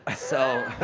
ah so